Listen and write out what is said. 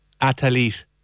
Athlete